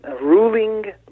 ruling